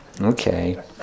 Okay